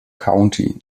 county